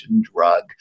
drug